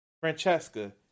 Francesca